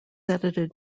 edited